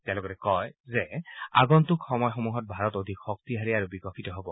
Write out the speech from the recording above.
তেওঁ লগতে কয় যে আগন্তুক সময়সমূহত ভাৰত অধিক শক্তিশালী আৰু বিকশিত হ'ব